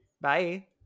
Bye